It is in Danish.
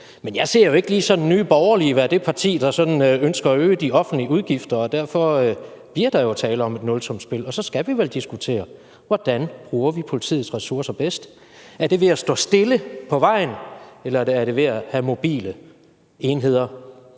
Men jeg ser ikke Nye Borgerlige være det parti, der ønsker at øge de offentlige udgifter, og derfor bliver der jo tale om et nulsumsspil, og så skal vi vel diskutere, hvordan vi bruger politiets ressourcer bedst. Er det ved at stå stille på vejen, eller er det ved at have mobile enheder,